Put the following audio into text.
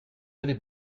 allez